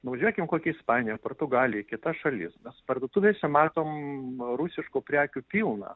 nuvažiuokime į kokią ispaniją portugaliją kitas šalis parduotuvėse matom rusiškų prekių pilna